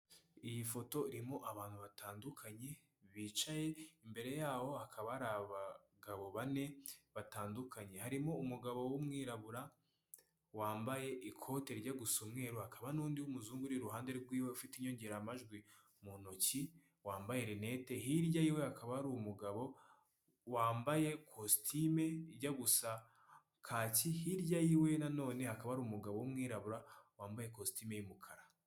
Ikirangantego cy'igihugu cy'u Rwanda, harimo idirishya, ibirahure, n'ibyuma ku mpande kumagambo yanditse y'umukara mu rurimi rw'icyongereza.